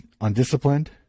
undisciplined